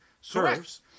serves